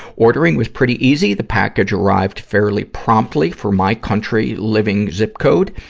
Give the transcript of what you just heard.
ordering was pretty easy. the package arrived fairly promptly for my country living zip code.